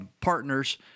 partners